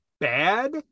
bad